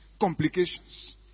complications